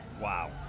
Wow